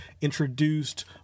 introduced